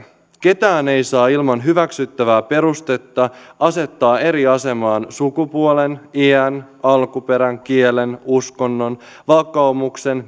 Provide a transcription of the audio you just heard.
ketään ei saa ilman hyväksyttävää perustetta asettaa eri asemaan sukupuolen iän alkuperän kielen uskonnon vakaumuksen